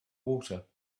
water